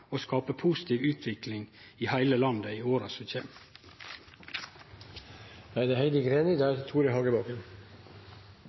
og skape positiv utvikling i heile landet i åra som kjem.